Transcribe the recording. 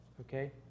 okay